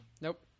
Nope